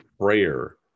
prayer